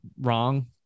wrong